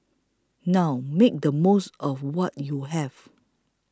now make the most of what you have